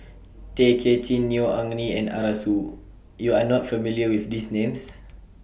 Tay Kay Chin Neo Anngee and Arasu YOU Are not familiar with These Names